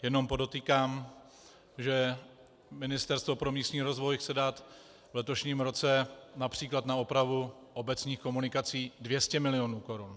Jenom podotýkám, že Ministerstvo pro místní rozvoj chce dát v letošním roce například na opravu obecních komunikací 200 milionů korun.